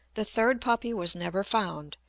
the third puppy was never found,